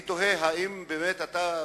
אני תוהה, האם באמת אתה,